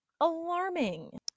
alarming